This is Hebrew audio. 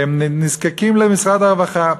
והם נזקקים למשרד הרווחה.